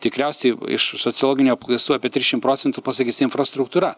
tikriausiai iš sociologinių apklausų apie trisdešimt procentų pasakys infrastruktūra